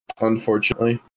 unfortunately